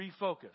refocus